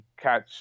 catch